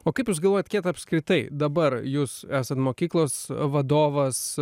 o kaip jūs galvojat kiek apskritai dabar jūs esat mokyklos vadovas